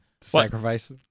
Sacrifice